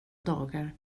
dagar